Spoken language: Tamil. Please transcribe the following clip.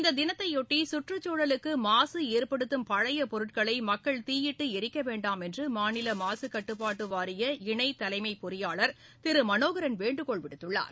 இந்த தினத்தையொட்டி சுற்றுச்சூழலுக்கு மாசு ஏற்படுத்தும் பழைய பொருட்களை மக்கள் தீயிட்டு எரிக்க வேண்டாம் என்று மாநில மாசு கட்டுப்பாட்டு வாரிய இணை தலைமை பொறியாளர் திரு மனோகரன் வேண்டுகோள் விடுத்துள்ளார்